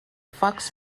fox